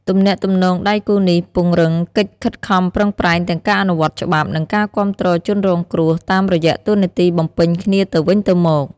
ទំនាក់ទំនងដៃគូនេះពង្រឹងកិច្ចខិតខំប្រឹងប្រែងទាំងការអនុវត្តច្បាប់ និងការគាំទ្រជនរងគ្រោះ តាមរយៈតួនាទីបំពេញគ្នាទៅវិញទៅមក។